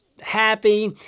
happy